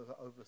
over